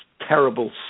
terrible